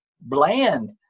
bland